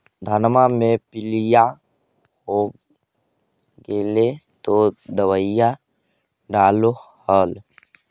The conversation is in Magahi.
धनमा मे पीलिया हो गेल तो दबैया डालो हल?